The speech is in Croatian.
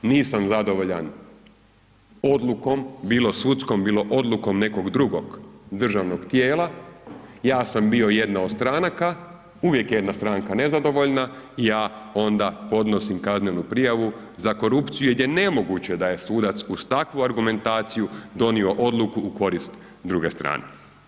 Nisam zadovoljan odlukom bilo sudskom bilo odlukom nekog drugog državnog tijela, ja sam bio jedna od stranaka, uvijek je jedna stranka nezadovoljna, ja onda podnosim kaznenu prijavu za korupciju gdje je nemoguće da je sudac uz takvu argumentaciju donio odluku u korist druge strane.